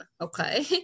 okay